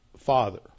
father